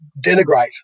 denigrate